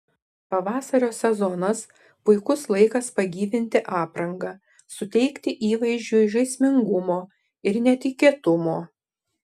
pavasario sezonas puikus laikas pagyvinti aprangą suteikti įvaizdžiui žaismingumo ir netikėtumo